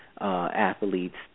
athletes